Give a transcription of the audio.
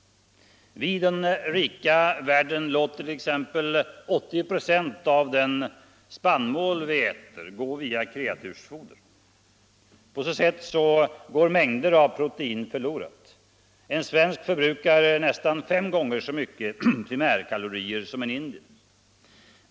Vi i den rika världen låter t.ex. 80 96 av den spannmål vi förbrukar gå via kreatursfoder. På så sätt går en mängd protein förlorad. En svensk förbrukar nästan fem gånger så mycket primärkalorier som en indier.